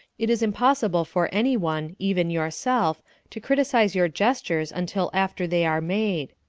it is impossible for anyone even yourself to criticise your gestures until after they are made.